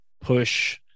push